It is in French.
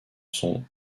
son